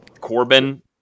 Corbin